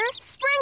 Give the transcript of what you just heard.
Spring